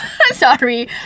Sorry